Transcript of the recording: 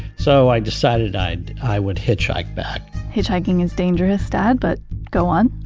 so i decided i'd i would hitchhike back hitchhiking is dangerous, dad, but go on,